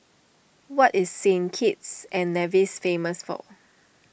what is Saint Kitts and Nevis famous for